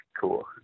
cool